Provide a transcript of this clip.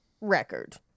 record